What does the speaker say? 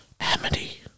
Amity